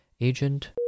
Agent